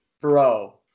bro